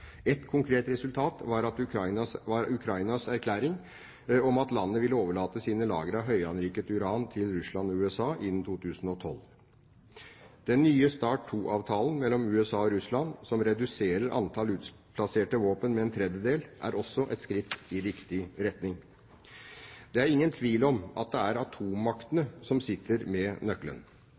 konkret resultat var Ukranias erklæring om at landet ville overlate sine lagre av høyanriket uran til Russland og USA innen 2012. Den nye Start II-avtalen mellom USA og Russland, som reduserer antall utplasserte våpen med en tredjedel, er også et skritt i riktig retning. Det er ingen tvil om at det er atommaktene som sitter med nøkkelen.